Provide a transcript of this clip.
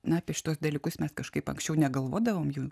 na apie šituos dalykus mes kažkaip anksčiau negalvodavom jų